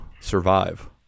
survive